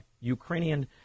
Ukrainian